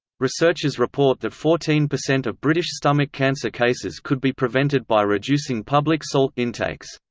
researchers report that fourteen percent of british stomach cancer cases could be prevented by reducing public salt intakes.